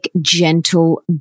gentle